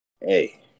Hey